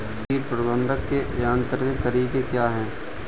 कीट प्रबंधक के यांत्रिक तरीके क्या हैं?